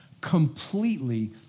completely